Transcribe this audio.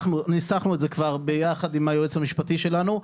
ניסחנו את זה כבר ביחד עם היועץ המשפטי שלנו.